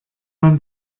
man